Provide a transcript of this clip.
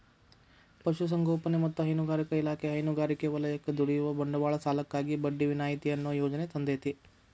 ಪಶುಸಂಗೋಪನೆ ಮತ್ತ ಹೈನುಗಾರಿಕಾ ಇಲಾಖೆ ಹೈನುಗಾರಿಕೆ ವಲಯಕ್ಕ ದುಡಿಯುವ ಬಂಡವಾಳ ಸಾಲಕ್ಕಾಗಿ ಬಡ್ಡಿ ವಿನಾಯಿತಿ ಅನ್ನೋ ಯೋಜನೆ ತಂದೇತಿ